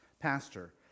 pastor